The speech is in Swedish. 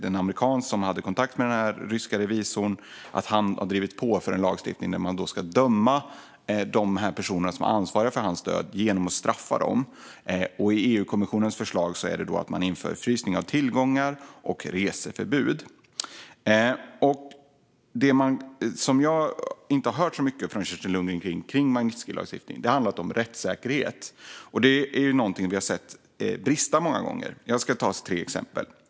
Den amerikan som hade kontakt med den ryske revisorn har drivit på för en lagstiftning som innebär att man ska döma de personer som är ansvariga för revisorns död och straffa dem. I EU-kommissionens förslag inför man frysning av tillgångar och reseförbud. Det som jag inte har hört så mycket från Kerstin Lundgren om när det gäller Magnitskijlagstiftningen handlar om rättssäkerhet. Det är någonting som vi många gånger har sett brista. Jag ska ta upp tre exempel.